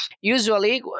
usually